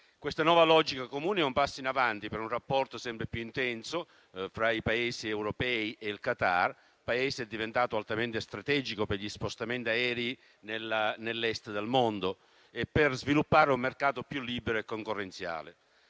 Questa nuova logica comune è un passo in avanti per un rapporto sempre più intenso tra gli Stati europei e il Qatar, un Paese diventato altamente strategico per gli spostamenti aerei nell'Est del mondo e per sviluppare un mercato più libero e concorrenziale.